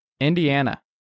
Indiana